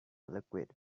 liquid